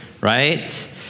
right